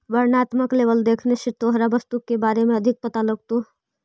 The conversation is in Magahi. वर्णात्मक लेबल देखने से तोहरा वस्तु के बारे में अधिक पता लगतो